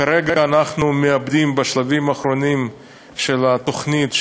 כרגע אנחנו מעבדים, בשלבים האחרונים של תוכנית,